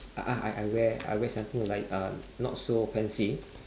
I I I wear I wear something like not so fancy